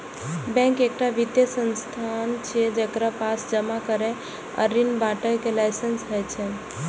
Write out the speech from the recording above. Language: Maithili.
बैंक एकटा वित्तीय संस्थान छियै, जेकरा पास जमा करै आ ऋण बांटय के लाइसेंस होइ छै